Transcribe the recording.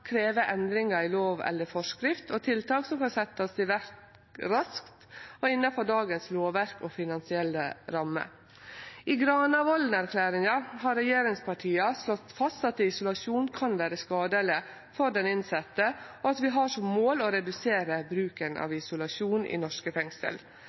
endringar i lov eller forskrift, og tiltak som kan setjast i verk raskt og innanfor dagens lovverk og finansielle rammer. I Granavolden-plattforma har regjeringspartia slått fast at isolasjon kan vere skadeleg for den innsette, og at vi har som mål å redusere bruken